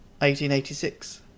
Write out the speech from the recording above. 1886